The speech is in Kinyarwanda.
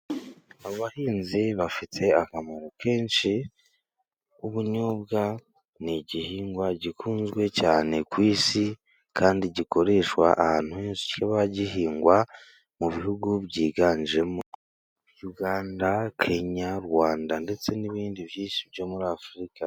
Abahinzi bafite akamaro kenshi, ubunyobwa ni igihingwa gikunzwe cyane ku isi kandi gikoreshwa ahantu henshi kiba gihingwa, mu bihugu byiganjemo Uganda, Kenya, u Rwanda ndetse, n'ibindi byo muri Afurika.